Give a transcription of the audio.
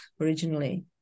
originally